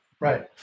Right